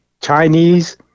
Chinese